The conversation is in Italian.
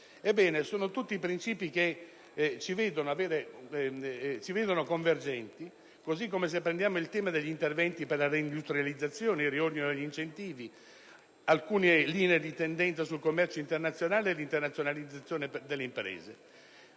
sono tutti princìpi che condividiamo. Lo stesso dicasi per il tema degli interventi per la reindustrializzazione e il riordino degli incentivi, per alcune linee di tendenza sul commercio internazionale e l'internazionalizzazione delle imprese.